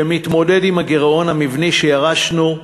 שמתמודד עם הגירעון המבני שירשנו,